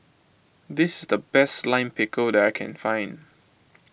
this the best Lime Pickle that I can find